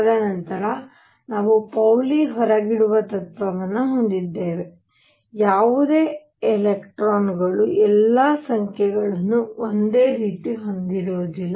ತದನಂತರ ನಾವು ಪೌಲಿ ಹೊರಗಿಡುವ ತತ್ವವನ್ನು ಹೊಂದಿದ್ದೇವೆ ಯಾವುದೇ 2 ಎಲೆಕ್ಟ್ರಾನ್ಗಳು ಎಲ್ಲಾ ಸಂಖ್ಯೆಗಳನ್ನು ಒಂದೇ ರೀತಿ ಹೊಂದಿರುವುದಿಲ್ಲ